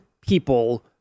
people